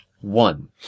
One